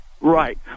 Right